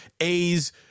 A's